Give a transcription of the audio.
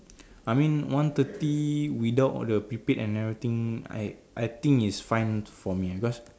I mean one thirty without the prepaid and everything I I think is fine for me ah because